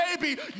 baby